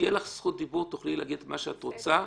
כשיהיה לך זכות דיבור תוכלי להגיד מה שאת רוצה.